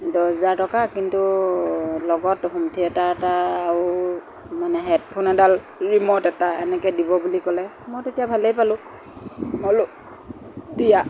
দহ হাজাৰ টকা কিন্তু লগত হোম থিয়েটাৰ এটা আৰু মানে হেডফোন এডাল ৰিম'ট এটা এনেকৈ দিব বুলি ক'লে মই তেতিয়া ভালে পালোঁ মই বোলো দিয়া